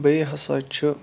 بیٚیہِ ہَسا چھُ